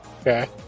Okay